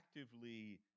actively